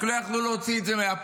רק לא יכלו להוציא את זה מהפה,